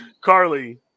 Carly